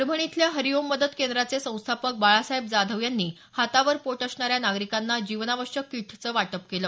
परभणी इथल्या हरिओम मदत केंद्राचे संस्थापक बाळासाहेब जाधव यांनी हातावर पोट असणाऱ्या नागरिकांना जिवनावश्यक किटचं वाटप केलं